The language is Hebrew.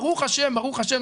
ברוך השם ברוך השם,